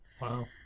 Wow